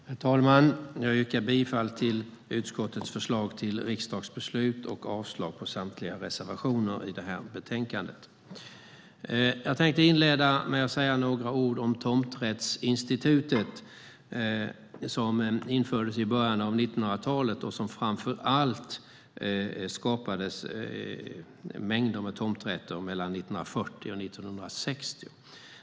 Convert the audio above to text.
Herr talman! Jag yrkar bifall till utskottets förslag till riksdagsbeslut och avslag på samtliga reservationer i betänkandet. Jag tänkte inleda med att säga några ord om tomträttsinstitutet, som infördes i början av 1900-talet och som framför allt skapade mängder med tomträtter mellan 1940 och 1960.